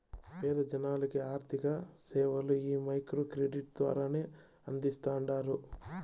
పేద జనాలకి ఆర్థిక సేవలు ఈ మైక్రో క్రెడిట్ ద్వారానే అందిస్తాండారు